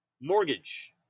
mortgage